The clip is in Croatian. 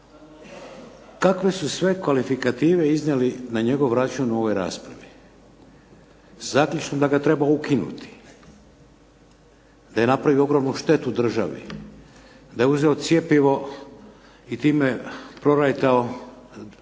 kakve ste sve kvalifikative iznijeli na njegov račun u ovoj raspravi. Sa zaključkom da ga treba ukinuti, da je napravio ogromnu štetu u državi, da je uzeo cjepivo i time proćeretao milijune